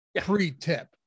pre-tip